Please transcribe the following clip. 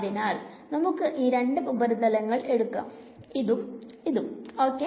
ആയതിനാൽ നമുക്ക് ഈ രണ്ട് ഉപരിതലങ്ങൾ എടുക്കാം ഇതും ഇതും ok